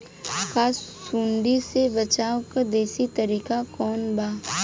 का सूंडी से बचाव क देशी तरीका कवनो बा?